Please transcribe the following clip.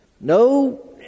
No